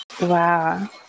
Wow